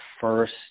first